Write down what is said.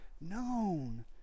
known